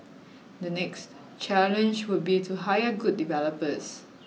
the next challenge would be to hire good developers